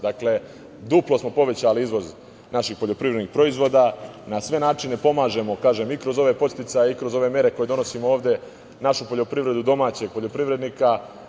Dakle, duplo smo povećali iznos naših poljoprivrednih proizvoda, na sve načine pomažemo, i kroz ove podsticaje i kroz ove mere koje donosimo ovde, našu poljoprivredu, domaćeg poljoprivrednika.